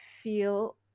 feel